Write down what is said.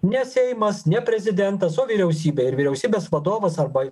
ne seimas ne prezidentas o vyriausybė ir vyriausybės vadovas arba